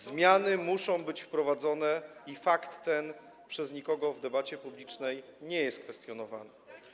Zmiany muszą być wprowadzone i fakt ten przez nikogo w debacie publicznej nie jest kwestionowany.